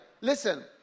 listen